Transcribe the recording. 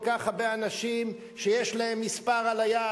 כך הרבה אנשים שיש להם מספר על היד,